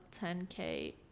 10k